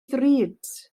ddrud